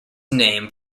name